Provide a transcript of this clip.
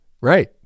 right